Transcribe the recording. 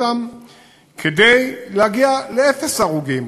כדי להגיע לאפס הרוגים,